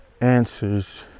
answers